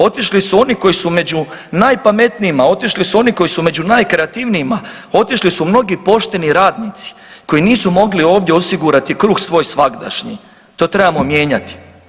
Otišli su oni koji su među najpametnijima, otišli su oni koji su među najkreativnijima, otišli su mnogi pošteni radnici koji nisu mogli ovdje osigurati kruh svoj svagdašnji, to trebamo mijenjati.